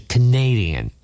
Canadian